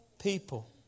people